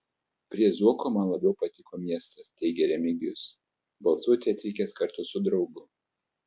prie zuoko man labiau patiko miestas teigė remigijus balsuoti atvykęs kartu su draugu